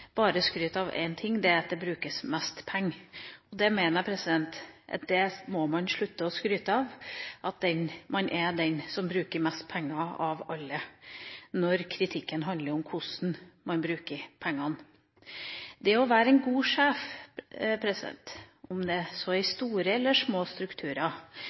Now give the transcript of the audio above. bare skryter av én ting, og det er at det brukes mest penger. Jeg mener at man må slutte å skryte av at man er den som bruker mest penger av alle, når kritikken handler om hvordan man bruker pengene. Det å være en god sjef – om det er i store eller i små strukturer,